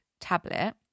tablet